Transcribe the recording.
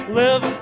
live